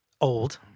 old